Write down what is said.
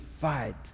fight